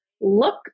look